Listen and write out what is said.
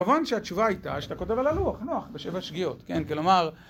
כמובן שהתשובה הייתה שאתה כותב על הלוח, נוח, בשבע שגיאות, כן, כלומר...